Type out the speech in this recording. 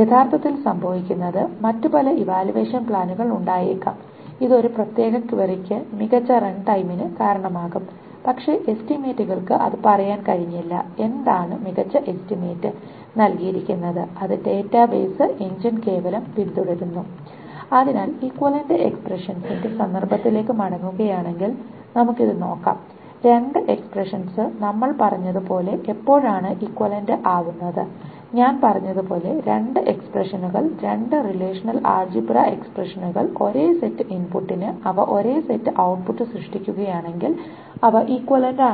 യഥാർത്ഥത്തിൽ സംഭവിക്കുന്നത് മറ്റു പല ഇവാലുവേഷൻ പ്ലാനുകൾ ഉണ്ടായേക്കാം ഇത് ഒരു പ്രത്യേക ക്വയറിക്ക് മികച്ച റൺ ടൈമിന് കാരണമാകും പക്ഷേ എസ്റ്റിമേറ്റുകൾക്ക് അത് പറയാൻ കഴിഞ്ഞില്ല എന്താണോ മികച്ച എസ്റ്റിമേറ്റ് നൽകിയിരിക്കുന്നത് അത് ഡാറ്റാബേസ് എഞ്ചിൻ കേവലം പിന്തുടരുന്നു അതിനാൽ ഇക്വിവാലെന്റ എക്സ്പ്രഷൻസിന്റെ സന്ദർഭത്തിലേക്ക് മടങ്ങുകയാണെങ്കിൽ നമുക്ക് ഇത് നോക്കാം രണ്ട് എക്സ്പ്രഷൻസ് നമ്മൾ പറഞ്ഞതുപോലെ എപ്പോഴാണ് ഇക്വിവാലെന്റ ആവുന്നത് ഞാൻ പറഞ്ഞതുപോലെ രണ്ട് എക്സ്പ്രഷനുകൾ രണ്ട് റിലേഷണൽ ആൾജിബ്രാ എക്സ്പ്രഷനുകൾ ഒരേ സെറ്റ് ഇൻപുട്ടിന് അവ ഒരേ സെറ്റ് ഔട്ട്പുട്ട് സൃഷ്ടിക്കുകയാണെങ്കിൽ അവ ഇക്വിവാലെന്റ ആണ്